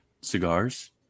cigars